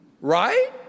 Right